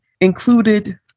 included